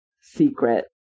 secret